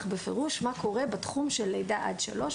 בפירוש מה קורה בתחום של לידה עד שלוש,